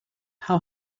how